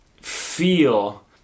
feel